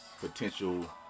potential